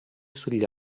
sugli